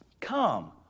Come